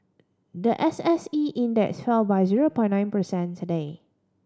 the S S E Index fell by zero point nine percent today